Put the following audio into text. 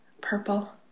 Purple